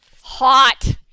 hot